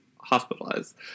hospitalized